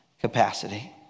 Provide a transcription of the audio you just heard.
capacity